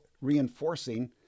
reinforcing